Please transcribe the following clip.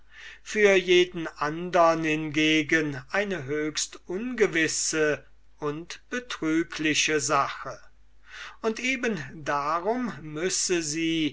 für jeden andern hingegen eine höchst ungewisse und betrügliche sache und eben darum müsse sie